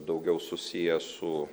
daugiau susiję su